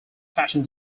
fashion